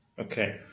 Okay